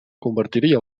convertiria